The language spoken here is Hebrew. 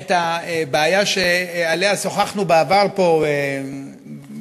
את הבעיה שעליה שוחחנו בעבר פה בבית,